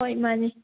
ꯍꯣꯏ ꯃꯥꯅꯤ